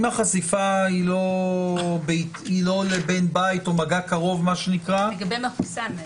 אם החשיפה היא לא לבן בית או מגע קרוב --- לגבי מחוסן.